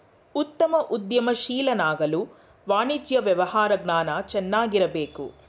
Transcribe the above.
ಉತ್ತಮ ಉದ್ಯಮಶೀಲನಾಗಲು ವಾಣಿಜ್ಯ ವ್ಯವಹಾರ ಜ್ಞಾನ ಚೆನ್ನಾಗಿರಬೇಕು